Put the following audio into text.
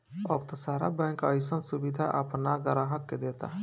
अब त सारा बैंक अइसन सुबिधा आपना ग्राहक के देता